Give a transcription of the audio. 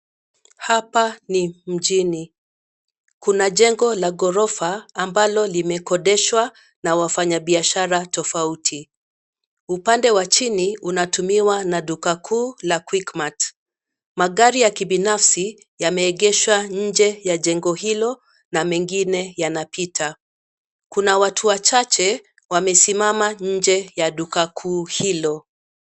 Hapa ni mjini, kuna jengo la gorofa ambalo limekodeshwa na wafanya biashara tofauti. Upande wa chini unatumiwa na duka kuu la quick mart, magari ya kibinafsi yameegeshwa nje ya jengo hilo na mengine yana pita. Kuna watu wachache wamesimama nje ya duka kuu hilo.